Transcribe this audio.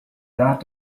that